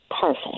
Perfect